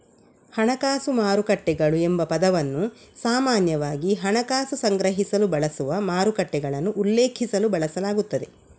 ಹಣಕಾಸು ಮಾರುಕಟ್ಟೆಗಳು ಎಂಬ ಪದವನ್ನು ಸಾಮಾನ್ಯವಾಗಿ ಹಣಕಾಸು ಸಂಗ್ರಹಿಸಲು ಬಳಸುವ ಮಾರುಕಟ್ಟೆಗಳನ್ನು ಉಲ್ಲೇಖಿಸಲು ಬಳಸಲಾಗುತ್ತದೆ